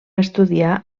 estudiar